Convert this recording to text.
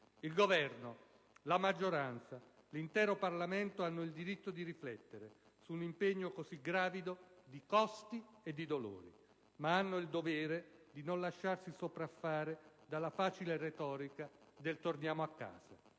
Il Governo, la maggioranza, l'intero Parlamento hanno il diritto di riflettere su un impegno così gravido di costi e di dolori. Ma hanno il dovere di non lasciarsi sopraffare dalla facile retorica del «torniamo a casa»,